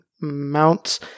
mounts